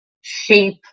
shape